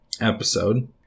episode